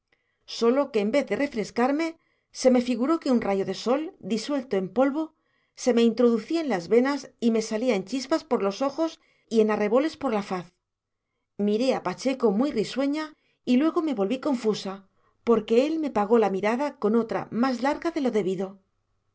sólo que en vez de refrescarme se me figuró que un rayo de sol disuelto en polvo se me introducía en las venas y me salía en chispas por los ojos y en arreboles por la faz miré a pacheco muy risueña y luego me volví confusa porque él me pagó la mirada con otra más larga de lo debido